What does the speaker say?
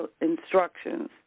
instructions